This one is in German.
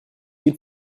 ihn